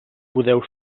podeu